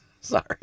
Sorry